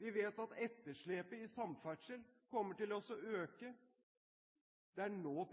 Vi vet at etterslepet i samferdsel kommer til å øke. Det er nå